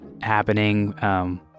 happening